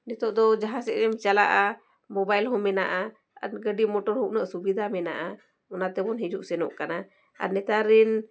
ᱱᱤᱛᱳᱜ ᱫᱚ ᱡᱟᱦᱟᱸ ᱥᱮᱫ ᱮᱢ ᱪᱟᱞᱟᱜᱼᱟ ᱦᱚᱸ ᱢᱮᱱᱟᱜᱼᱟ ᱟᱨ ᱜᱟᱹᱰᱤ ᱦᱚᱸ ᱩᱱᱟᱹᱜ ᱥᱩᱵᱤᱫᱷᱟ ᱢᱮᱱᱟᱜᱼᱟ ᱚᱱᱟᱛᱮᱵᱚᱱ ᱦᱤᱡᱩᱜᱼᱥᱮᱱᱚᱜ ᱠᱟᱱᱟ ᱟᱨ ᱱᱮᱛᱟᱨ ᱨᱮᱱ